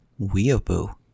Weeaboo